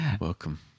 Welcome